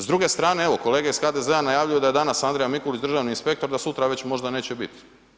S druge strane, evo, kolege iz HDZ-a najavljuju da je danas Andrija Mikulić državni inspektor, da sutra već možda neće biti.